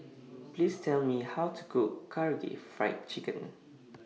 Please Tell Me How to Cook Karaage Fried Chicken